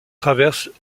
traversent